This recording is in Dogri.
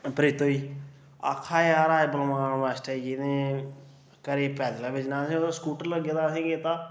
प्रीतो गी आक्खै दे अज्ज बलबान मास्टरै गी घरै गी पैदल गै भेजना असें ओह्दा स्कूटर लग्गे दा असें केह् कीता